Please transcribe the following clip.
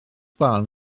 barn